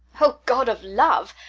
o god of love!